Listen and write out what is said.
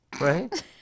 right